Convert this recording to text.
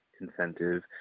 incentive